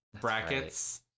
Brackets